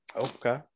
okay